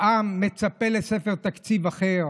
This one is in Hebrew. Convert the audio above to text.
העם מצפה לספר תקציב אחר,